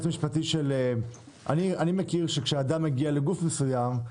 אני מכיר שכשאדם מגיע לגוף מסוים,